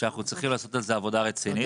שאנחנו צריכים לעשות על זה עבודה רצינית